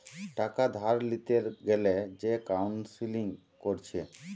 টাকা ধার লিতে গ্যালে যে কাউন্সেলিং কোরছে